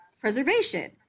preservation